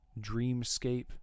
dreamscape